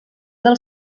del